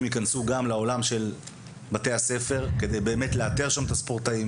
ייכנסו גם לעולם של בתי הספר כדי לאתר את הספורטאים